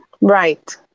Right